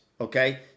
Okay